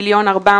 1.4